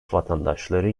vatandaşları